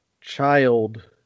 child